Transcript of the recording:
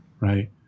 right